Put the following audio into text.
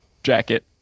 Jacket